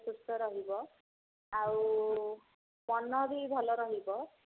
ସୁସ୍ଥ ରହିବ ଆଉ ମନବି ଭଲ ରହିବ